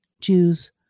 Jews